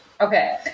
Okay